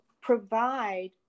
provide